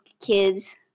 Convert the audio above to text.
kids